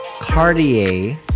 Cartier